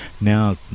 Now